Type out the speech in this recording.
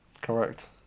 Correct